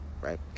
right